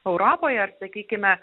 europoje ar sakykime